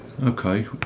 okay